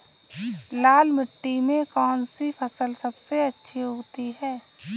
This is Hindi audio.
लाल मिट्टी में कौन सी फसल सबसे अच्छी उगती है?